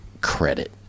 credit